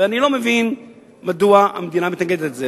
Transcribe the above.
ואני לא מבין מדוע המדינה מתנגדת לזה,